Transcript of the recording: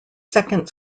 second